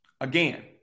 again